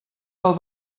pel